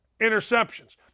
interceptions